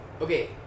Okay